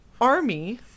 army